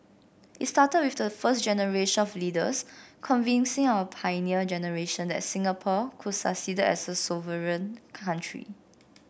it started with the first generation of leaders convincing our Pioneer Generation that Singapore could succeed as a sovereign country